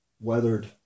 weathered